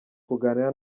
kuganira